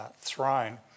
throne